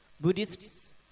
Buddhists